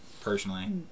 personally